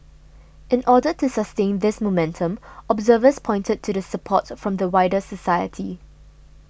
in order to sustain this momentum observers pointed to the support from the wider society